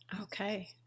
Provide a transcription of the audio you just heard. Okay